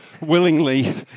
willingly